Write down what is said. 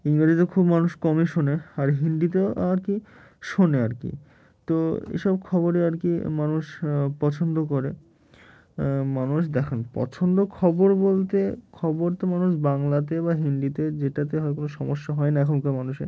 ইংরাজিতে খুব মানুষ কমই শোনে আর হিন্দিতেও আর কি শোনে আর কি তো এসব খবরই আর কি মানুষ পছন্দ করে মানুষ দেখান পছন্দ খবর বলতে খবর তো মানুষ বাংলাতে বা হিন্দিতে যেটাতে হয় কোনো সমস্যা হয় না এখনকার মানুষে